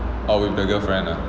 oh with the girlfriend ah